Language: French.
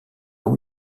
haut